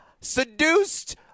Seduced